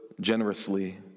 generously